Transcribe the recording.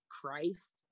christ